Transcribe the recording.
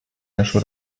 нашу